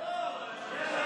אדוני ראש